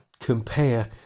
compare